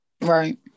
Right